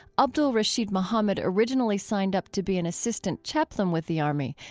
abdul-rasheed muhammad originally signed up to be an assistant chaplain with the army,